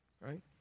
right